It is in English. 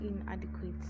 inadequate